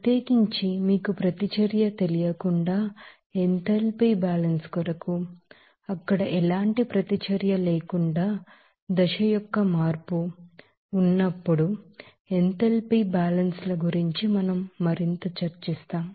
ప్రత్యేకించి మీకు రియాక్షన్ ప్రతిచర్య తెలియకుండా ఎంథాల్పీ బ్యాలెన్స్ కొరకు అక్కడ ఎలాంటి రియాక్షన్ లేకుండా ఫేజ్ చేంజ్ ఉన్నప్పుడు ఎంథాల్పీ బ్యాలెన్స్ ల గురించి మనం మరింత చర్చిస్తాం